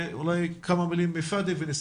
ואולי כמה מילים מפאדי ונסכם.